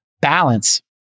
balance